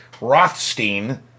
Rothstein